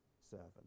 servant